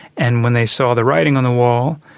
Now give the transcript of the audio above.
and when they saw the writing on the wall,